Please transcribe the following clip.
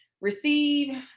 receive